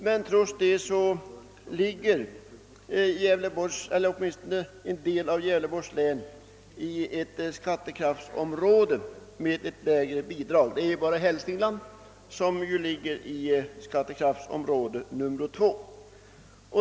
Men trots det ligger åtminstone en del av Gävleborgs län i ett skattekraftsområde med lägre bidrag. Det är bara Hälsingland som ligger i skattekraftsområde 2.